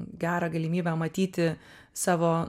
gerą galimybę matyti savo